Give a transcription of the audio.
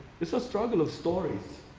it's a struggle of stories.